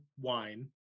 wine